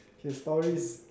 so stories